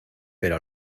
pero